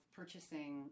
purchasing